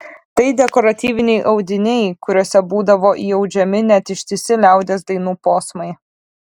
tai dekoratyviniai audiniai kuriuose būdavo įaudžiami net ištisi liaudies dainų posmai